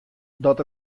dat